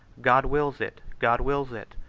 god wills it, god wills it.